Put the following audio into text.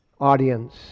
audience